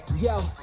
Yo